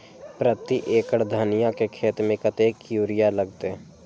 प्रति एकड़ धनिया के खेत में कतेक यूरिया लगते?